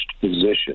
position